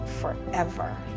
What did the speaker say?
forever